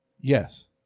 Yes